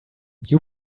you